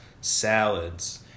salads